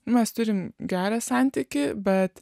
mes turim gerą santykį bet